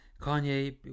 Kanye